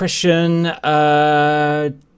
Question